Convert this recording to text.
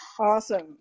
awesome